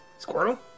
Squirtle